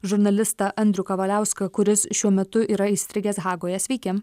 žurnalistą andrių kavaliauską kuris šiuo metu yra įstrigęs hagoje sveiki